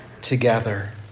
together